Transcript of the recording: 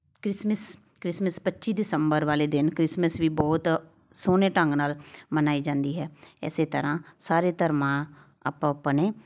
Christmas Christmas ਪੱਚੀ ਦਿਸੰਬਰ ਵਾਲੇ ਦਿਨ ਕ੍ਰਿਸਮਸ ਵੀ ਬਹੁਤ ਸੋਹਣੇ ਢੰਗ ਨਾਲ ਮਨਾਈ ਜਾਂਦੀ ਹੈ ਇਸ ਤਰ੍ਹਾਂ ਸਾਰੇ ਧਰਮਾਂ ਆਪੋ ਆਪਣੇ